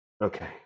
Okay